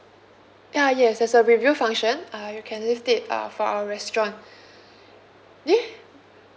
ya yes there's a review function uh you can leave it uh for our restaurant